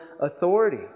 authority